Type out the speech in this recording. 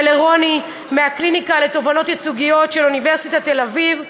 ולרוני מהקליניקה לתובענות ייצוגיות של אוניברסיטת תל-אביב.